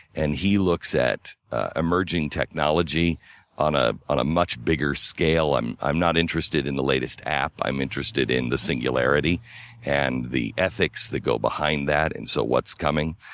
and he looks at emerging technology on ah on a much bigger scale. i'm i'm not interested in the latest app i'm interested in the singularity and the ethics that go behind that, and so what's coming.